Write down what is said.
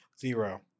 zero